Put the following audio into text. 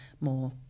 more